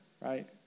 right